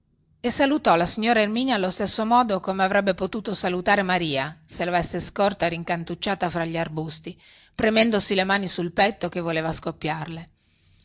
e salutò la signora erminia allo stesso modo come avrebbe potuto salutare maria se lavesse scorta rincantucciata fra gli arbusti premendosi le mani sul petto che voleva scoppiarle